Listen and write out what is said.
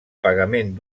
pagament